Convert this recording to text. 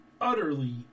utterly